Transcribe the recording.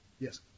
Yes